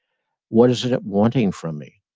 what is it it wanting from me?